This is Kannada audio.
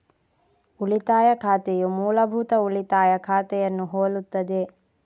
ಉಳಿತಾಯ ಖಾತೆಯು ಮೂಲಭೂತ ಉಳಿತಾಯ ಖಾತೆಯನ್ನು ಹೋಲುತ್ತದೆ